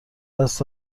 دست